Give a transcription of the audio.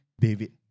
David